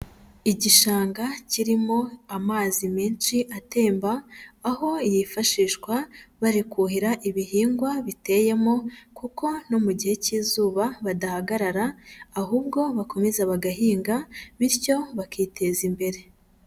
Igishanga kirimo amazi menshi atemba, aho yifashishwa bari kuhira ibihingwa biteyemo kuko no mu gihe cy'izuba badahagarara ahubwo bakomeza bagahinga bityo bakiteza imbere.